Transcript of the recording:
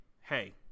hey